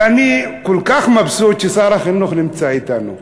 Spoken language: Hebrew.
ואני כל כך מבסוט ששר החינוך נמצא אתנו.